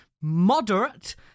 Moderate